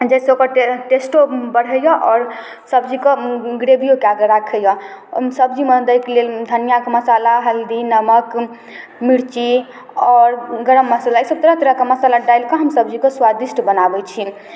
जइसँ ओकर टे टेस्टो बढ़ैए आओर सब्जीके ग्रेविओ कऽ कऽ राखैए ओहिमे सब्जीमे दैके लेल धनिआके मसाला हल्दी नमक मिरची आओर गरम मसाला ईसब तरह तरहके मसल्ला डालिकऽ हम सब्जीके स्वादिष्ट बनाबै छिए